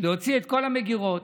להוציא מכל המגירות